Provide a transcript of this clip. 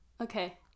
Okay